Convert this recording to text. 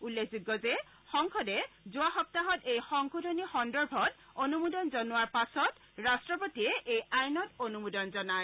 উল্লেখযোগ্য যে সংসদে যোৱা সপ্তাহত এই সংশোধনী সন্দৰ্ভত অনুমোদন জনোৱাৰ পাছত ৰাষ্ট্ৰপতিয়ে এই আইনত অনুমোদন জনায়